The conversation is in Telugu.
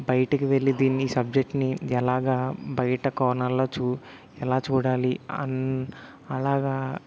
బయటకి వెళ్ళి దీన్ని సబ్జెక్ట్ని ఎలాగా బయట కోణాల్లో చూ ఎలా చూడాలి అన్ అలాగా